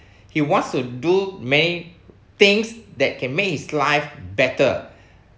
he wants to do many things that can make his life better